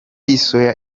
sqaure